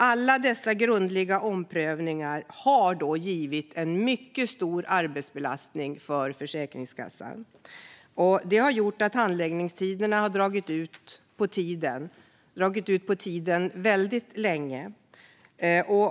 Alla dessa grundliga omprövningar har som sagt inneburit en mycket stor arbetsbelastning för Försäkringskassan. Det har gjort att handläggningen har dragit ut på tiden, och handläggningstiderna har blivit allt längre.